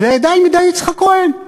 והידיים ידי יצחק כהן.